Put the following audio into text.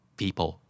people